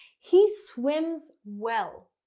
he swims well